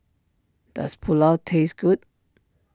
does Pulao taste good